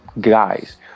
guys